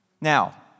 Now